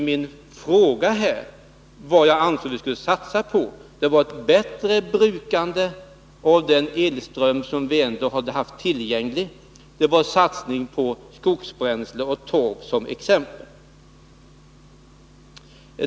Jag angav nyss vad jag anser att vi skulle ha satsat på: ett bättre brukande av den elström som vi ändå hade haft tillgänglig och på skogsbränsle och torv t.ex.